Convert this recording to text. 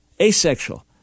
asexual